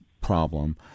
problem